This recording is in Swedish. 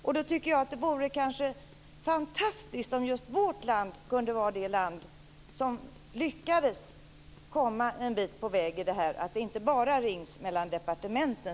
Därför tycker jag att det vore fantastiskt om just vårt land kunde vara det land som lyckades komma en bit på väg med det här, så att det inte bara så att säga rings mellan departementen.